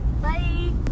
Bye